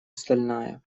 стальная